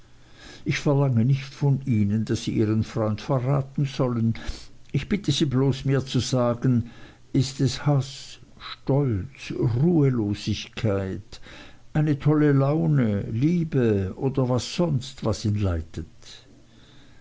ich verlange nicht von ihnen daß sie ihren freund verraten sollen ich bitte sie bloß mir zu sagen ist es haß stolz ruhelosigkeit eine tolle laune liebe oder was sonst was ihn leitet